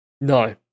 No